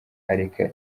areka